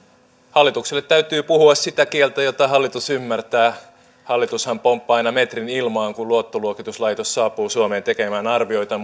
hallitukselle täytyy puhua sitä kieltä jota hallitus ymmärtää hallitushan pomppaa aina metrin ilmaan kun luottoluokituslaitos saapuu suomeen tekemään arvioita